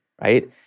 Right